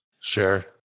Sure